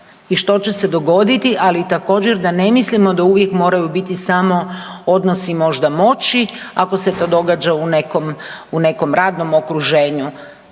i što će se dogoditi, ali također, da ne mislimo da uvijek moraju biti samo odnosi možda, moći, ako se to događa u nekom radnom okruženju.